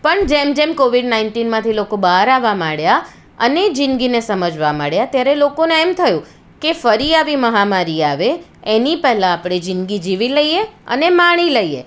પણ જેમ જેમ કોવિડ નાઇન્ટીનમાંથી લોકો બહાર આવવા માંડયા અને જીંદગીને સમજવા માંડ્યા ત્યારે લોકોને એમ થયું કે ફરી આવી મહામારી આવે એની પહેલાં આપણે જીંદગી જીવી લઈએ અને માણી લઈએ